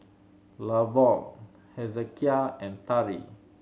Lavon Hezekiah and Tari